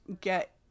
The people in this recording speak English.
get